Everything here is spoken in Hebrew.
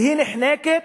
והיא נחנקת